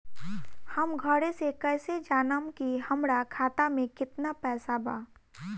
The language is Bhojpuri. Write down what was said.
हम घरे से कैसे जानम की हमरा खाता मे केतना पैसा बा?